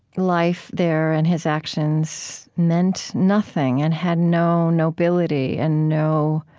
life there and his action so meant nothing, and had no nobility, and no